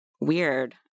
weird